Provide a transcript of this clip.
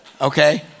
Okay